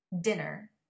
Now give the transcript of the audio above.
dinner